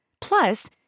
Plus